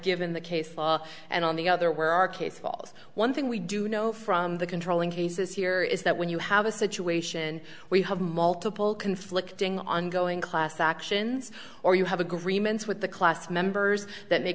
given the case law and on the other where our case falls one thing we do know from the controlling cases here is that when you have a situation we have multiple conflicting ongoing class actions or you have agreements with the class members that